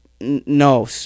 No